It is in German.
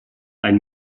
ein